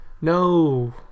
no